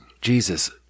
Jesus